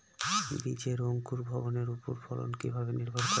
বীজের অঙ্কুর ভবনের ওপর ফলন কিভাবে নির্ভর করে?